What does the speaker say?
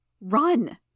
Run